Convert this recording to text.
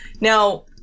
Now